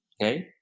okay